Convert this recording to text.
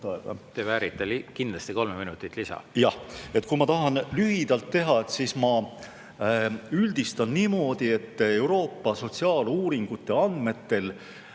Te väärite kindlasti kolme lisaminutit. Jah. Kui ma tahan teha lühidalt, siis ma üldistan niimoodi, et Euroopa sotsiaaluuringute andmetel